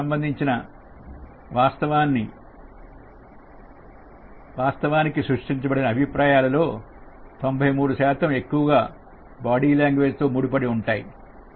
interview లకు సంబంధించినవి వాస్తవానికి సృష్టించబడిన అభిప్రాయాలలో 93 శాతం ఎక్కువగా గా బాడీ లాంగ్వేజ్ తో ముడిపడి ఉంటాయి